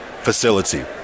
facility